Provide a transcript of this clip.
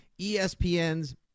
ESPN's